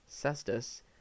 Cestus